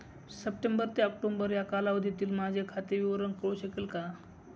September ते October या कालावधीतील माझे खाते विवरण कळू शकेल का?